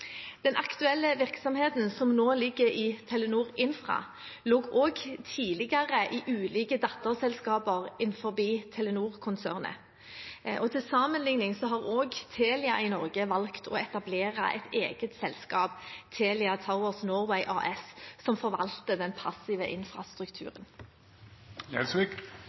Den aktuelle virksomheten, som nå ligger i Telenor Infra, lå også tidligere i ulike datterselskaper innenfor Telenor-konsernet. Til sammenligning har også Telia i Norge valgt å etablere et eget selskap, Telia Towers Norway AS, som forvalter den passive